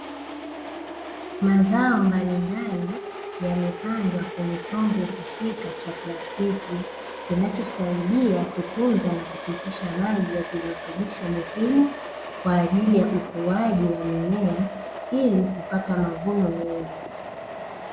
Mazao mbalimbali yamepandwa kwenye chombo husika cha plastiki, kinachosaidia na kutunza na kupitisha maji ya virutubisho muhimu, kwa ajili ya ukuaji ya mimea, ili kupata mavuno mengi.